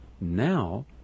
Now